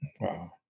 Wow